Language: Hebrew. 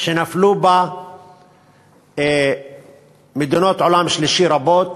שנפלו בה מדינות עולם שלישי רבות,